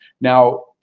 Now